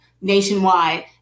nationwide